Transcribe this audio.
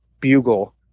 bugle